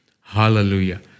Hallelujah